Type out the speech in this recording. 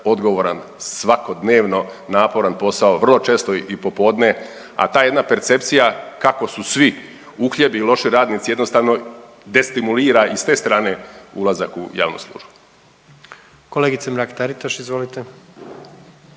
odgovoran, svakodnevno naporan posao vrlo često i popodne. A ta jedna percepcija kako su svi uhljebi, loši radnici jednostavno destimulira i s te strane ulazak u javnu službu. **Jandroković, Gordan